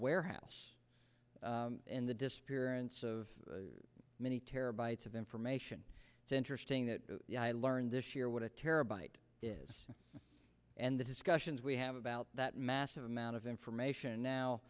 warehouse and the disappearance of many terabytes of information it's interesting that i learned this year what a terabyte is and the discussions we have about that massive amount of information now